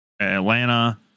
Atlanta